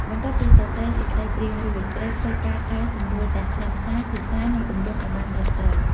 បន្ទាប់ពីសរសេរសេចក្តីព្រាងរួច ត្រូវធ្វើការកែសម្រួលទាំងខ្លឹមសារ ភាសា និងទម្រង់ឲ្យបានត្រឹមត្រូវ។